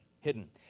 hidden